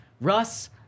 Russ